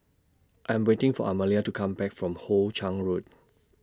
I Am waiting For Amalie to Come Back from Hoe Chiang Road